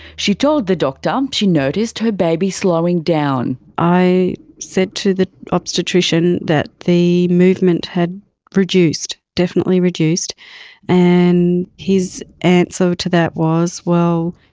she told the doctor um she noticed her baby slowing down. i said to the obstetrician that the movement had reduced, definitely reduced and his and so answer that was, well,